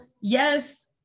yes